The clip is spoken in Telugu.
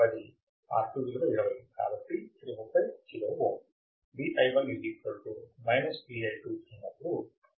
R1 ఎంత R1 10 R2 విలువ 20 కాబట్టి అది 30 కిలో ఓం